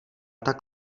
tak